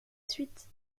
suite